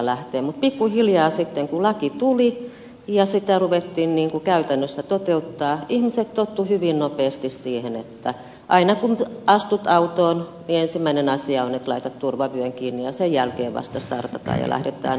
mutta pikkuhiljaa sitten kun laki tuli ja sitä ruvettiin käytännössä toteuttamaan ihmiset tottuivat hyvin nopeasti siihen että aina kun astut autoon niin ensimmäinen asia on että laitat turvavyön kiinni ja sen jälkeen vasta startataan ja lähdetään ajamaan